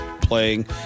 playing